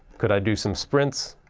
could i do some sprints?